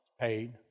paid